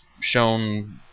shown